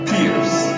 Pierce